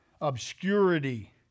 obscurity